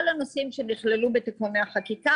כל הנושאים שנכללו בתיקוני החקיקה,